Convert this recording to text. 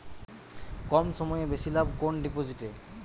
কম সময়ে বেশি লাভ কোন ডিপোজিটে?